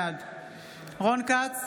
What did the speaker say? בעד רון כץ,